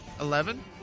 Eleven